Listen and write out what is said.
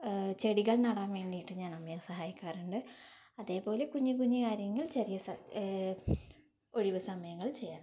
ചെടികൾ നടാൻ വേണ്ടിയിട്ട് ഞാൻ അമ്മയെ സഹായിക്കാറുണ്ട് അതേപോലെ കുഞ്ഞു കുഞ്ഞു കാര്യങ്ങൾ ചെറിയ സ ഒഴിവു സമയങ്ങൾ ചെയ്യാറുണ്ട്